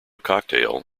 cocktail